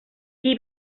qui